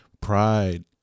Pride